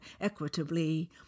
equitably